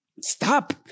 stop